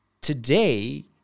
today